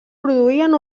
produïen